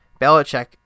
Belichick